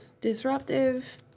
disruptive